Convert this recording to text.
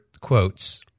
quotes